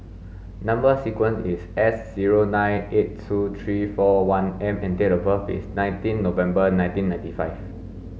number sequence is S zero nine eight two three four one M and date of birth is nineteen November nineteen ninety five